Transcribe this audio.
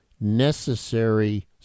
necessary